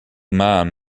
man